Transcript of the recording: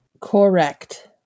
Correct